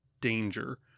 danger